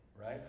right